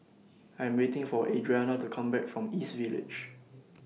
I Am waiting For Adriana to Come Back from East Village